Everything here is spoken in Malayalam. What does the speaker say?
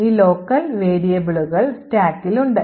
ഈ ലോക്കൽ വേരിയബിളുകൾ സ്റ്റാക്കിൽ ഉണ്ട്